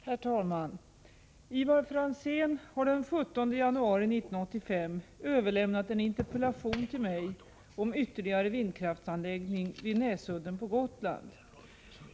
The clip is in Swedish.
Herr talman! Ivar Franzén har den 17 januari 1985 överlämnat en interpellation till mig om ytterligare en vindkraftsanläggning vid Näsudden på Gotland.